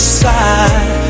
side